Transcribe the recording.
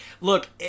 Look